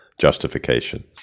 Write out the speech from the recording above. justification